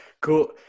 Cool